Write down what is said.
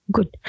Good